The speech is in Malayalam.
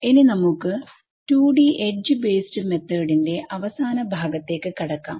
ഇനി നമുക്ക് 2D എഡ്ജ് ബേസ്ഡ് മെത്തേഡ് ന്റെ അവസാന ഭാഗത്തേക്ക് കടക്കാം